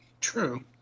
True